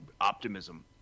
optimism